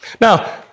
Now